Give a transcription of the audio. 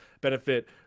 benefit